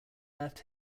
left